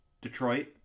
Detroit